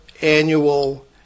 annual